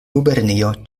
gubernio